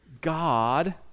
God